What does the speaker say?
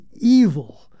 evil